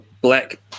black